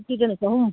ꯅꯨꯄꯤꯗꯅ ꯆꯍꯨꯝ